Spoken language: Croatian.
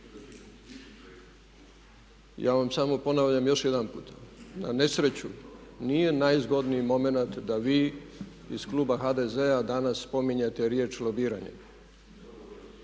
Ja vam samo ponavljam još jedanput na nesreću nije najzgodniji momenat da vi iz kluba HDZ-a danas spominjete riječ lobiranje.